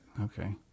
okay